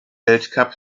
weltcup